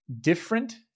different